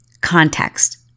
context